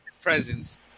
presence